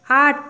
আট